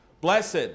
Blessed